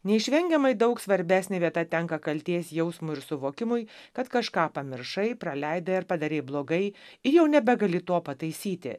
neišvengiamai daug svarbesnė vieta tenka kaltės jausmui ir suvokimui kad kažką pamiršai praleidai ar padarei blogai ir jau nebegali to pataisyti